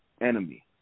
enemy